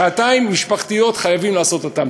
שעתיים משפחתיות שחייבים לקיים אותן.